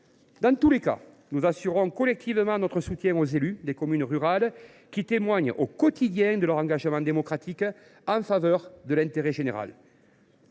Dans tous les cas, nous assurons collectivement de notre soutien les élus des communes rurales, qui témoignent au quotidien de leur engagement démocratique en faveur de l’intérêt général.